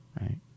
Right